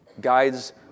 guides